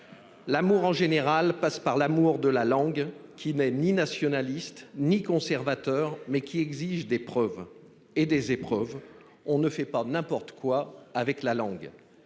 L'amour en général passe par l'amour de la langue qui n'est ni nationaliste ni conservateur mais qui exigent des preuves et des épreuves on ne fait pas n'importe quoi avec la langue